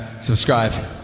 Subscribe